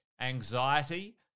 anxiety